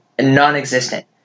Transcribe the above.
non-existent